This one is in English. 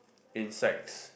insects